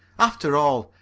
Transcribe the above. after all,